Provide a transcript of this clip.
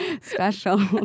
special